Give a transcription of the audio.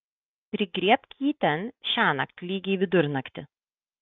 prigriebk jį ten šiąnakt lygiai vidurnaktį